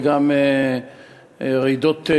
רעידות,